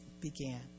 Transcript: began